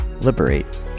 Liberate